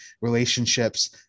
relationships